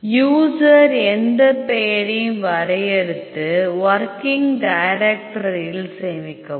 user எந்த பெயரையும் வரையறுத்து வொர்கிங் டைரக்ட்டரியில் சேமிக்கவும்